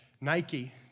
Nike